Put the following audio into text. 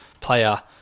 player